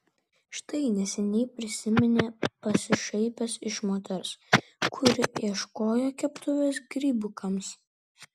štai neseniai prisiminė pasišaipęs iš moters kuri ieškojo keptuvės grybukams